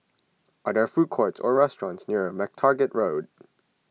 are there food courts or restaurants near MacTaggart Road